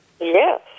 Yes